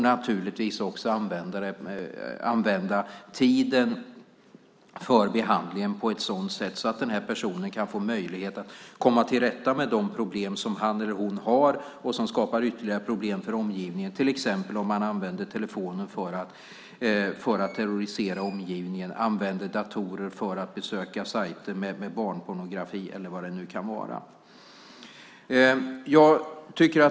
Naturligtvis ska tiden för behandling också användas på ett sådant sätt att personen i fråga får möjlighet att komma till rätta med de problem som han eller hon har och som skapar problem för omgivningen, till exempel om man använder telefonen för att terrorisera omgivningen, datorn för att besöka sajter med barnpornografi eller vad det nu kan vara.